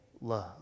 love